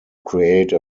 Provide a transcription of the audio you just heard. create